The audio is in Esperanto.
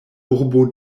urbo